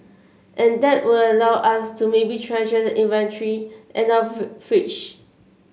and that would allow us to maybe treasure the inventory in our fridge